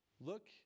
Look